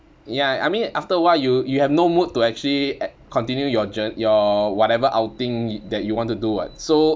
ya I mean after a while you you have no mood to actually continue your jour~ your whatever outing that you want to do [what] so